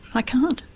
i can't.